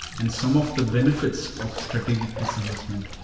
and some of the benefits of strategic disinvestment,